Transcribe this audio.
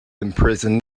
imprison